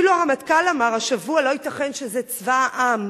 אפילו הרמטכ"ל אמר השבוע: לא ייתכן שזה צבא העם,